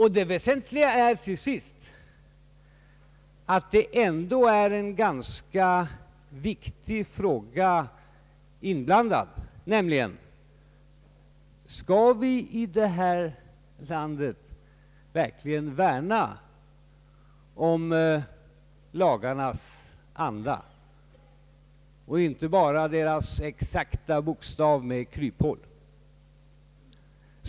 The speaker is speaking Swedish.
Här är ändå en ganska viktig fråga inblandad: Skall vi i detta land verkligen värna om lagarnas anda och inte bara deras exakta bokstav med kryphål?